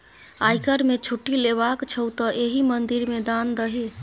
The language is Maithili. आयकर मे छूट लेबाक छौ तँ एहि मंदिर मे दान दही